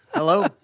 Hello